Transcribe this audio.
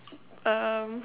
um